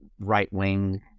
right-wing